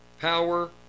power